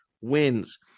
wins